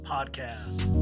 Podcast